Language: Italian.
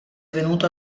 venuto